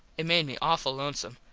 it made me awful lonesome.